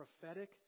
prophetic